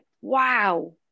wow